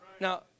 Now